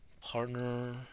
Partner